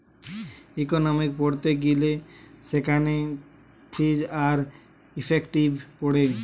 economics পড়তে গিলে সেখানে ফিজ আর ইফেক্টিভ পড়ে